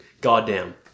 Goddamn